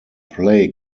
play